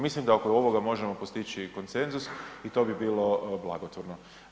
Mislim da oko ovoga možemo postići konsenzus i to bi bilo blagotvorno.